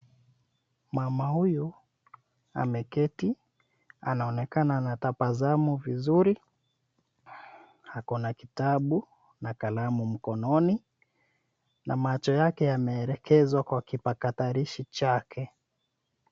Mama huyu ameketi. Anaonekana anatabasamu vizuri, ako na kitabu na kalamu mkononi na macho yake yameelekezwa kwa kipakatalishi chake.